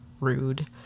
Rude